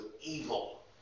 evil